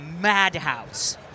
madhouse